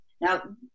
Now